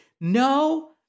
no